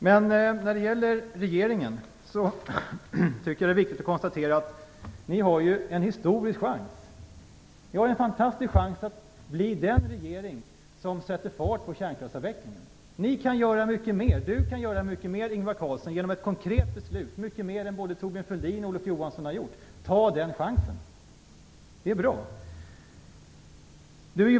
Jag tycker att det är viktigt att konstatera att regeringen har en historisk chans. Ni har en fantastisk chans att bli den regering som sätter fart på kärnkraftsavvecklingen. Ingvar Carlsson kan genom ett konkret beslut göra mycket mer än både Thorbjörn Fälldin och Olof Johansson har gjort. Ta den chansen! Det är bra.